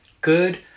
Good